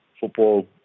football